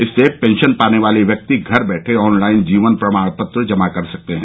इससे पेंशन पाने वाले व्यक्ति घर बैठे ऑनलाइन जीवन प्रमाण पत्र जमा करा सकते हैं